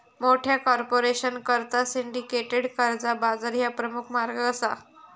मोठ्या कॉर्पोरेशनकरता सिंडिकेटेड कर्जा बाजार ह्या प्रमुख मार्ग असा